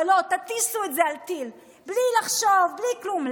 אבל לא, תטיסו את זה על טיל בלי לחשוב, בלי כלום.